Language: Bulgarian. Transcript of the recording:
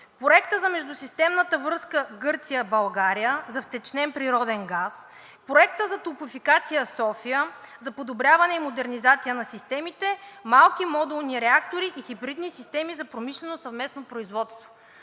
Проекта за междусистемната връзка Гърция – България за втечнен природен газ; Проекта за „Топлофикация София“ за подобряване и модернизация на системите, малки модулни реактори и хибридни системи за промишлено съвместно производство.